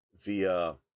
via